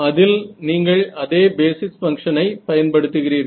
அதில் நீங்கள் அதே பேசிஸ் பங்ஷனை பயன்படுத்துகிறீர்கள்